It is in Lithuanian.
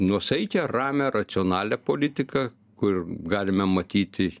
nuosaikią ramią racionalią politiką kur galime matyti